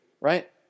right